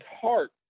heart